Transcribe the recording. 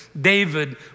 David